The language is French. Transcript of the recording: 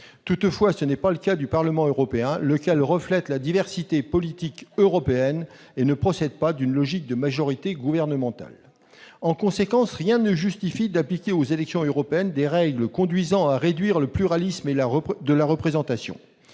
Toutefois, ce n'est pas le cas du Parlement européen, lequel reflète la diversité politique européenne et ne procède pas d'une logique de majorité gouvernementale. En conséquence, rien ne justifie d'appliquer aux élections européennes des règles conduisant à réduire le pluralisme de la représentation.